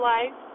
Life